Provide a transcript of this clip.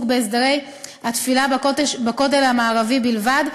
בהסדרי התפילה בכותל המערבי בלבד,